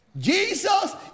Jesus